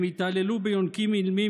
הם התעללו ביונקים אילמים,